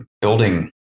building